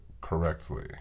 correctly